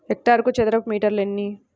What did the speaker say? హెక్టారుకు చదరపు మీటర్లు ఎన్ని?